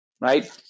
right